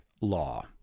law